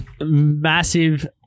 massive